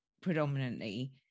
predominantly